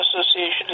Association